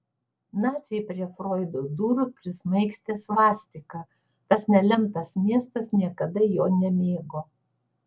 naciai prie froido durų prismaigstė svastiką tas nelemtas miestas niekada jo nemėgo